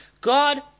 God